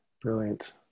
Brilliant